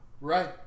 Right